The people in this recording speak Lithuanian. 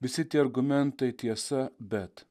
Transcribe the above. visi tie argumentai tiesa bet